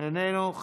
איננו,